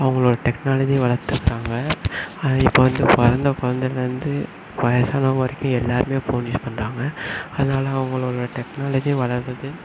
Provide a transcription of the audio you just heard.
அவங்களோட டெக்னாலஜியை வளர்த்துகுட்டாங்க இப்போ வந்து பிறந்த குழந்தைலேந்து வயதானவுங்க வரைக்கும் எல்லாேருமே ஃபோன் யூஸ் பண்ணுறாங்க அதனால் அவங்களோட டெக்னாலஜியும் வளருது